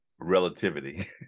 relativity